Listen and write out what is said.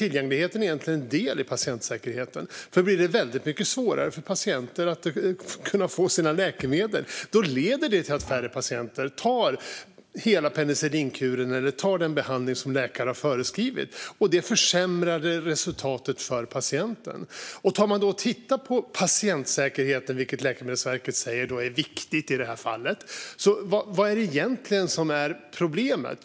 Tillgängligheten är egentligen en del av patientsäkerheten, för om det blir väldigt mycket svårare för patienter att kunna få sina läkemedel leder det till att färre patienter tar hela penicillinkuren eller den behandling som läkaren har föreskrivit. Detta försämrar resultatet för patienten. Låt oss titta på patientsäkerheten, som Läkemedelsverket säger är viktigt i detta fall. Vad är egentligen problemet?